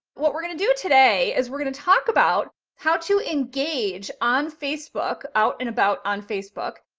what we're going to do today is we're going to talk about how to engage on facebook, out and about on facebook,